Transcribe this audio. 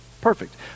Perfect